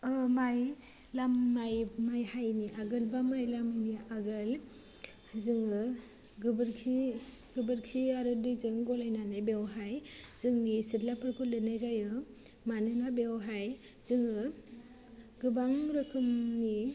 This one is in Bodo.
माइ लामनाय माइ हायैनि आगोल बा माइ लामैनि आगोल जोङो गोबोरखि गोबोरखि आरो दैजों गलायनानै बेवहाय जोंनि सिथ्लाफोरखौ लेरनाय जायो मानोना बेयावहाय जोङो गोबां रोखोमनि